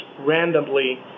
randomly